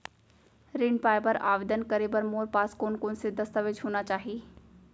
ऋण पाय बर आवेदन करे बर मोर पास कोन कोन से दस्तावेज होना चाही?